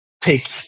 take